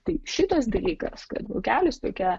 tai šitas dalykas kad vokelis tokia